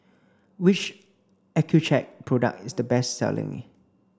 which Accucheck product is the best selling